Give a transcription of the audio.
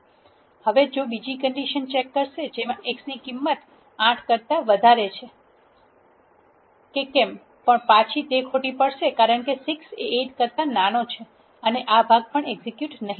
હવે તે બીજી કંડિશન ચેક કરશે જેમાં x ની કિંમત 8 કરતા વધારે છે કે કેમ પણ પાછી તે ખોટી પડશે કારણ કે 6 એ 8 કરતા નાનો છે અને આ ભાગ પણ એક્ઝેક્યુટ થશે નહી